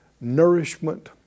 nourishment